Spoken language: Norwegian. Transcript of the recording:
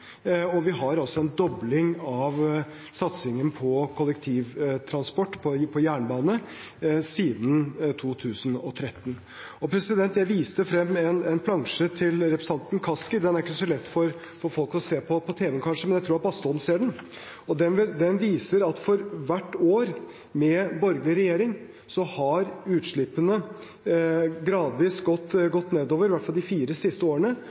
og vi har altså en dobling av satsingen på kollektivtransport på jernbane siden 2013. Jeg viste frem en plansje til representanten Kaski. Den er kanskje ikke så lett for folk å se på tv-en, men jeg tror at Bastholm ser den. Den viser at for hvert år med borgerlig regjering har utslippene gradvis gått nedover, i hvert fall de fire siste årene,